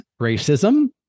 racism